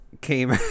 came